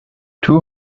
two